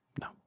No